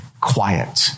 quiet